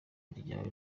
ryawe